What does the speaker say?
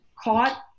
caught